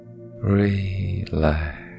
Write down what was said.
Relax